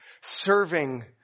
serving